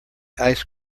ice